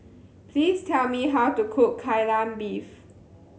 please tell me how to cook Kai Lan Beef